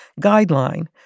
Guideline